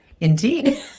Indeed